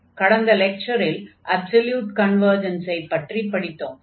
கடந்த லெக்சரில் அப்சொல்யூட் கன்வர்ஜன்ஸை பற்றி படித்தோம்